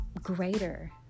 greater